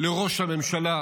לראש הממשלה,